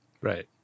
Right